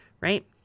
Right